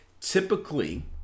Typically